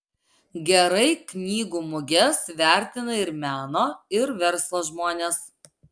gerai knygų muges vertina ir meno ir verslo žmonės